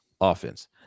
offense